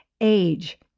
age